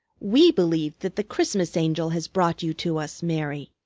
we believe that the christmas angel has brought you to us, mary.